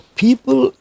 people